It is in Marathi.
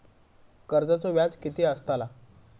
कर्जाचो व्याज कीती असताला?